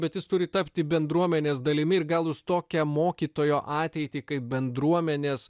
bet jis turi tapti bendruomenės dalimi ir gal jūs tokią mokytojo ateitį kaip bendruomenės